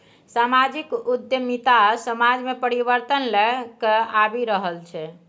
समाजिक उद्यमिता समाज मे परिबर्तन लए कए आबि रहल छै